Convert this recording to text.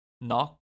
Knock